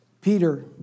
Peter